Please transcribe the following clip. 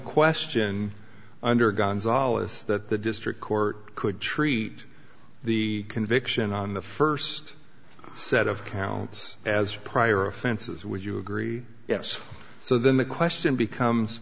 question under gonzales that the district court could treat the conviction on the first set of counts as prior offenses would you agree yes so then the question becomes